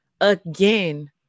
again